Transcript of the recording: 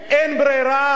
אין ברירה.